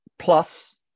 Plus